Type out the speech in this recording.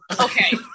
Okay